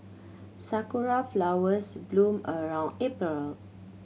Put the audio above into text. sakura flowers bloom around April